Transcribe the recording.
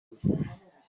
بود